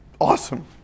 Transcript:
awesome